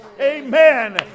Amen